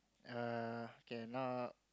err cannot